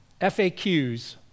FAQs